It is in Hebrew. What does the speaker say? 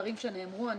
דברים שנאמרו כאן,